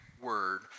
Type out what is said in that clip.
word